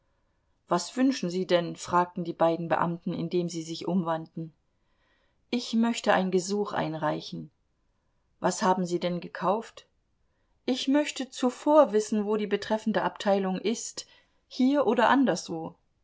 was wünschen sie denn fragten die beiden beamten indem sie sich umwandten ich möchte ein gesuch einreichen was haben sie denn gekauft ich möchte zuvor wissen wo die betreffende abteilung ist hier oder anderswo